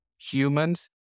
humans